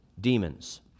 demons